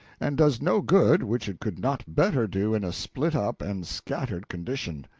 and does no good which it could not better do in a split-up and scattered condition.